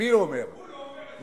הוא לא אומר את זה.